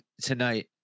tonight